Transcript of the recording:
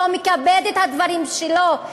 שלא מכבד את הדברים שלו,